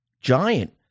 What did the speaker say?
giant